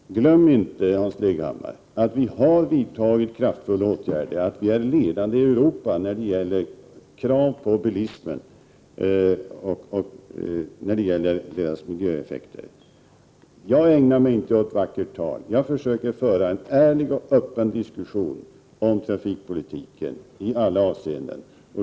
Glöm inte, Hans Leghammar, att regeringen har vidtagit kraftfulla åtgärder och att Sverige är ledande i Europa när det gäller krav på bilismen i fråga om miljön. Jag ägnar mig inte åt vackert tal, utan jag försöker föra en ärlig och öppen diskussion om trafikpolitiken i alla avseenden.